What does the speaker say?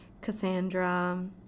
cassandra